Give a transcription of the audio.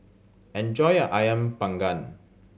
enjoy your Ayam Panggang